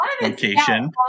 location